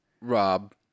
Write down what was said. Rob